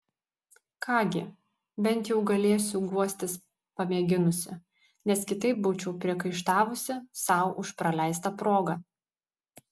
ką gi bent jau galėsiu guostis pamėginusi nes kitaip būčiau priekaištavusi sau už praleistą progą